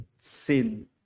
sin